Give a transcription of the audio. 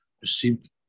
received